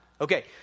Okay